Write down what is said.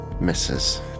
Misses